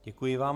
Děkuji vám.